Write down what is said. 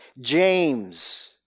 James